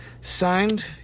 Signed